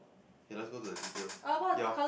it does go to the details your